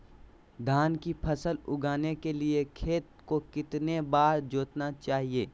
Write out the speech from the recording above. धान की फसल उगाने के लिए खेत को कितने बार जोतना चाइए?